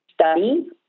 study